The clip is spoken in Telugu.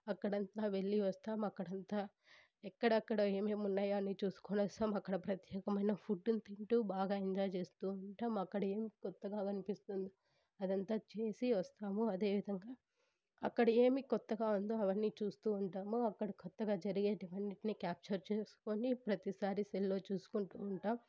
అక్కడంతా వెళ్ళి వస్తాం అక్కడంతా ఎక్కడెక్కడ ఏమేమి ఉన్నాయో అన్నీ చూసుకుని వస్తాం అక్కడ ప్రత్యేకమైన ఫుడ్డును తింటూ బాగా ఎంజాయ్ చేస్తు ఉంటాం అక్కడ ఏమి కొత్తగా అనిపిస్తుంది అది అంతా చేసి వస్తాము అదేవిధంగా అక్కడ ఏమి కొత్తగా ఉందో అవన్నీ చూస్తు ఉంటాము అక్కడ కొత్తగా జరిగే అన్నిటినీ క్యాప్చర్ చేసుకొని ప్రతిసారి సెల్లో చూసుకుంటూ ఉంటాం